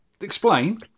Explain